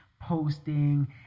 posting